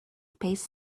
space